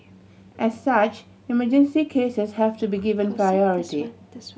as such emergency cases have to be given priority